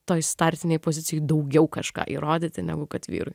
toj startinėj pozicijoj daugiau kažką įrodyti negu kad vyrui